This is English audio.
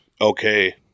okay